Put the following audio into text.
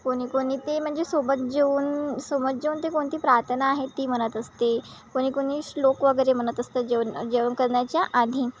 कोणी कोणी ते म्हणजे सोबत जेवण सोबत जेवण ते कोणती प्रार्थना आहे ती म्हणत असते कोणी कोणी श्लोक वगैरे म्हणत असतं जेवण जेवण करण्याच्या आधी